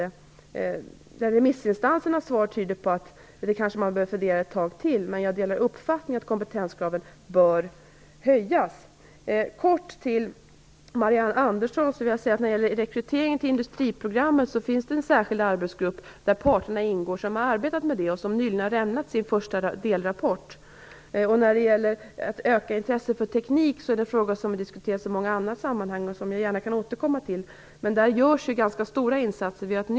Remissinstansernas svar tyder på att man kanske behöver fundera ett tag till. Jag delar dock uppfattningen att kompetenskraven bör höjas. Sedan helt kort till Marianne Andersson om rekryteringen till industriprogrammet. Det finns en särskild arbetsgrupp, där de parter ingår som arbetat med detta. Man har nyligen avlämnat sin första delrapport. Frågan om att öka intresset för teknik är en fråga som har diskuterats i många andra sammanhang och som jag gärna återkommer till. På nämnda område görs ganska stora insatser.